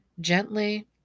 gently